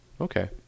Okay